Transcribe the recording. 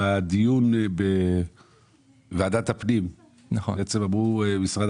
בדיון שהתקיים בוועדת הפנים אמר משרד